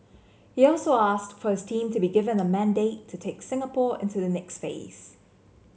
he also asked for his team to be given a mandate to take Singapore into the next phase